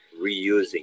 reusing